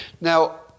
Now